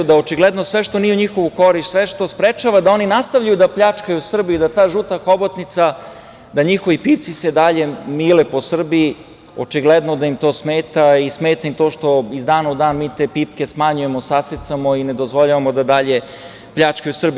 Očigledno da sve što nije u njihovu korist, sve što sprečava da oni nastavljaju da pljačkaju Srbiju i da ta žuta hobotnica, da njihovi pipci i dalje mile po Srbiji, očigledno im to smeta i smeta im to što iz dana u dan mi te pipke smanjujemo, sasecamo i ne dozvoljavamo da dalje pljačkaju Srbiju.